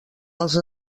els